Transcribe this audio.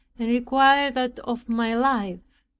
and required that of my life.